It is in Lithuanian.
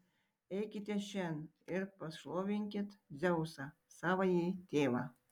eikite šen ir pašlovinkit dzeusą savąjį tėvą